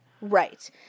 Right